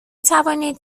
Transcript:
توانید